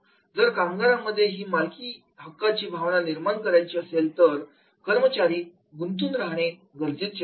जर कामगारांमध्ये ही मालकीची भावना निर्माण करायची असेल तर कर्मचारी गुंतून राहणे गरजेचे आहे